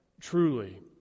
truly